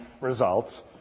results